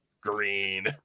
green